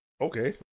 Okay